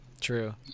true